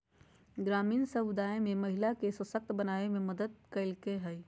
ग्रामीण समुदाय में महिला के सशक्त बनावे में मदद कइलके हइ